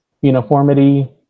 uniformity